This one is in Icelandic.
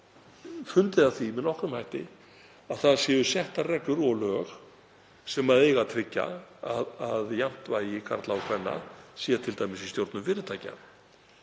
fundið að því með nokkrum hætti að settar séu reglur og lög sem eiga að tryggja að jafnt vægi karla og kvenna sé t.d. í stjórnum fyrirtækja.